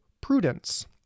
prudence